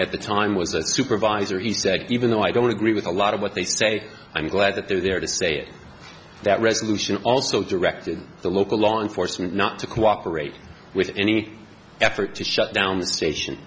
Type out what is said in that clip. at the time was a supervisor he said even though i don't agree with a lot of what they say i'm glad that they're there to say that resolution also directed the local law enforcement not to cooperate with any effort to shut down the station